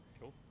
Cool